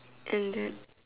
and then